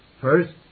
First